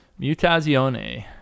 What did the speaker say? Mutazione